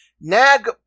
Nag